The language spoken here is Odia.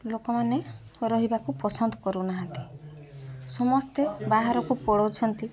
ଲୋକମାନେ ରହିବାକୁ ପସନ୍ଦ କରୁ ନାହାଁନ୍ତି ସମସ୍ତେ ବାହାରକୁ ପଳାଉଛନ୍ତି